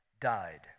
died